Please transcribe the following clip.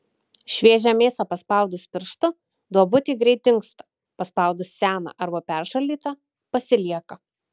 šviežią mėsą paspaudus pirštu duobutė greit dingsta paspaudus seną arba peršaldytą pasilieka